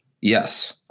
Yes